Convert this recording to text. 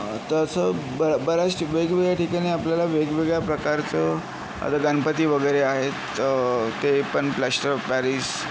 तसं ब बऱ्याच वेगवेगळ्या ठिकाणी आपल्याला वेगवेगळ्या प्रकारचं आता गणपती वगैरे आहे ते पण प्लास्टर पॅरिस